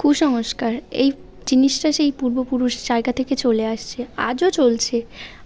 কুসংস্কার এই জিনিসটা সেই পূর্বপুরুষ জায়গা থেকে চলে আসছে আজও চলছে